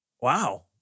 wow